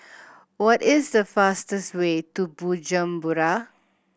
what is the fastest way to Bujumbura